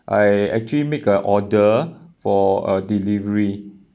I actually make a order for a delivery